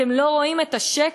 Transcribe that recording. אתם לא רואים את השקר?